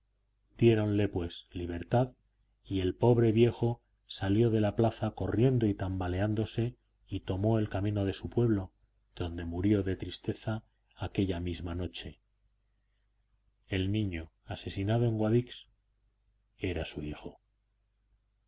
ahorcado diéronle pues libertad y el pobre viejo salió de la plaza corriendo y tambaleándose y tomó el camino de su pueblo donde murió de tristeza aquella misma noche el niño asesinado en guadix era su hijo